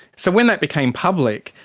so when that became public,